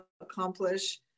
accomplish